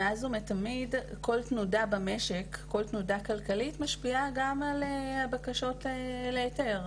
מאז ומתמיד כל תנודה כלכלית במשק משפיעה גם על הבקשות להיתר.